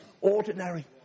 ordinary